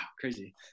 crazy